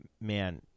man